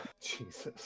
Jesus